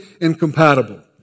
incompatible